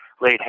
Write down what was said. laid